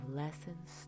lessons